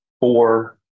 four